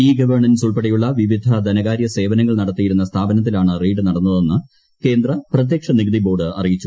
E governance ഉൾപ്പെടെയുള്ള വിവിധ ധനകാര്യ സേവനങ്ങൾ നടത്തിയിരുന്ന സ്ഥാപനത്തിലാണ് റെയ്ഡ് നടന്നതെന്ന് കേശ്ശു പ്രിത്യക്ഷ നികുതി ബോർഡ് അറിയിച്ചു